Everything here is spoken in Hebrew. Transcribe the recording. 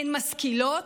הן משכילות,